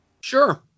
sure